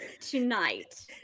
tonight